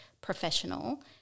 professional